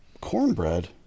cornbread